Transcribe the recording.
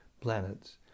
planets